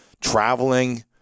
traveling